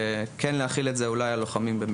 לכן כן להחיל את זה על לוחמים במילואים.